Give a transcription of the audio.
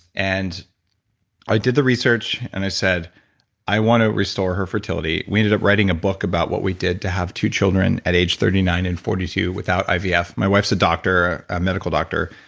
and i did the research, and i said i want to restore her fertility. we ended up writing a book about what we did to have two children at age thirty nine and forty two without ivf. yeah my wife's a doctor, a medical doctor,